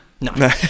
no